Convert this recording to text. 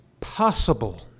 possible